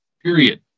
Period